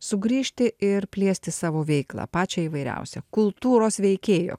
sugrįžti ir plėsti savo veiklą pačią įvairiausią kultūros veikėjo